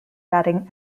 batting